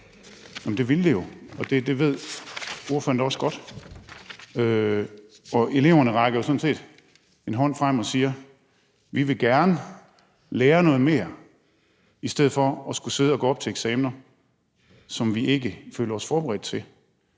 det ville det jo, og det ved ordføreren da også godt. Eleverne rækker sådan set en hånd frem og siger: Vi vil gerne lære noget mere i stedet for at gå op til eksaminer, som vi ikke føler os forberedt til.